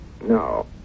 No